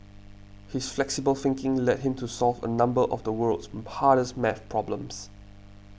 his flexible thinking led him to solve a number of the world's hardest math problems